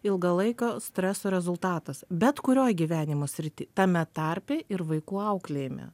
ilgalaikio streso rezultatas bet kurioj gyvenimo srity tame tarpe ir vaikų auklėjime